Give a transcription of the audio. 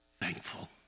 Thankful